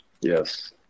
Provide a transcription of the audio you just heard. Yes